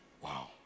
Wow